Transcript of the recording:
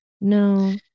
no